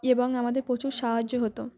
এবং আমাদের প্রচুর সাহায্য হতো